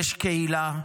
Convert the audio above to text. יש קהילה,